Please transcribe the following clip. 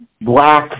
black